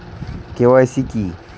KYC কি?